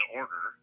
order